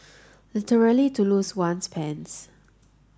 literally to lose one's pants